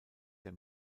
der